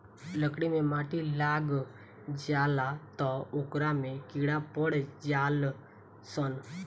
लकड़ी मे माटी लाग जाला त ओकरा में कीड़ा पड़ जाल सन